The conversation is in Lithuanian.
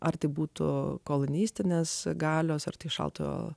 ar tai būtų kolonistinės galios ar tik šaltojo